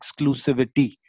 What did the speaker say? exclusivity